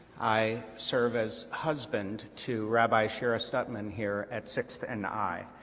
i serve as husband to rabbi shira stutman here at sixth and i.